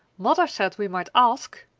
mother said we might ask!